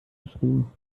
geschrieben